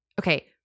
okay